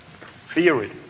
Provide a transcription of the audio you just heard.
theory